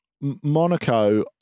Monaco